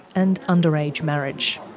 and underage marriage.